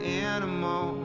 animal